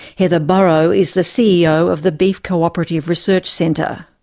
heather burrow is the ceo of the beef co-operative research centre.